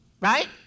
right